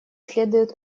следует